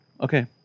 Okay